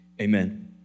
amen